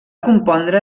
compondre